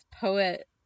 poet